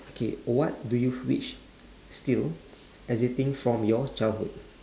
okay what do you wish still existing from your childhood